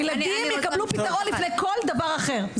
הילדים יקבלו פתרון לפני כל דבר אחר.